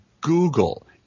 Google